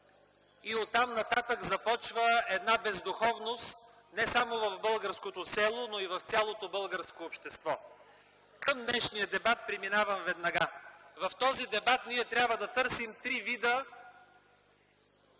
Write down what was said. и оттам нататък започва една бездуховност, не само в българското село, но и в цялото българско общество. Към днешния дебат преминавам веднага. В този дебат ние трябва да търсим три вида